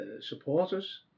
supporters